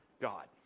God